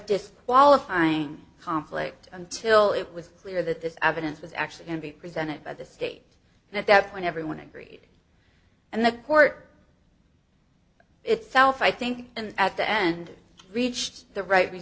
disqualifying conflict until it was clear that this evidence was actually can be presented by the state and at that point everyone agreed and the court itself i think and at the end reached the right